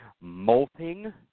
molting